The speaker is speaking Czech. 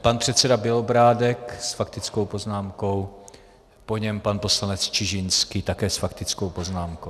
Pan předseda Bělobrádek s faktickou poznámkou, po něm pan poslanec Čižinský, také s faktickou poznámkou.